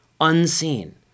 unseen